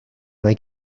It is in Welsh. mae